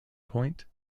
point